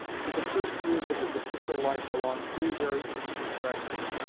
to the first years of his official life belong three very interesting fragments,